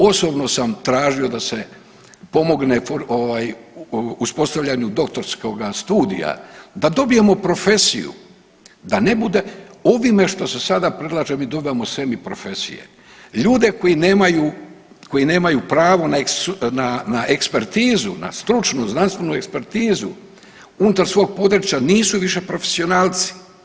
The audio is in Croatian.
Osobno sam tražio da se pomogne uspostavljanju doktorskoga studija, da dobijemo profesiju, da ne bude, ovime što se sad predlaže, mi dobivamo semi profesije, ljude koji nemaju pravo na ekspertizu, na stručnu i znanstvenu ekspertizu, unutar svog područja nisu više profesionalci.